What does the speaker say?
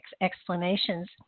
explanations